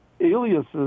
aliases